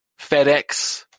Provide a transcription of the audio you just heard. FedEx